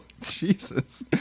Jesus